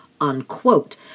unquote